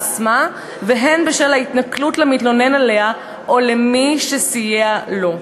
הן בשל ההטרדה עצמה והן בשל התנכלות למתלונן עליה או למי שסייע לו.